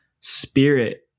spirit